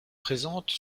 présente